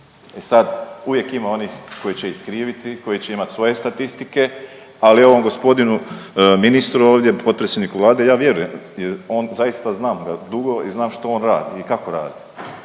E sad, uvijek ima onih koji će iskriviti, koji će imati svoje statistike, ali ovom gospodinu ministru ovdje, potpredsjedniku Vlade ja vjerujem. On zaista znam ga dugo i znam što on radi i kako radi